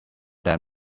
them